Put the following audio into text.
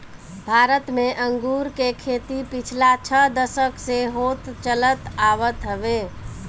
भारत में अंगूर के खेती पिछला छह दशक से होत चलत आवत हवे